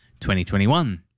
2021